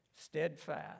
steadfast